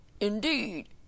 Indeed